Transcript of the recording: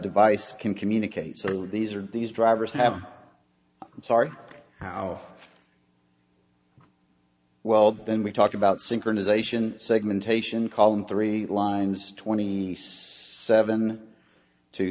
device can communicate so these are these drivers have i'm sorry how well then we talked about synchronization segmentation call in three lines twenty seven t